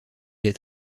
est